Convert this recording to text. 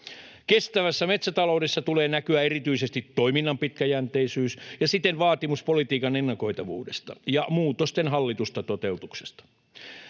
Kestävässä metsätaloudessa tulee näkyä erityisesti toiminnan pitkäjänteisyys ja siten vaatimus politiikan ennakoitavuudesta ja muutosten hallitusta toteutuksesta.